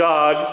God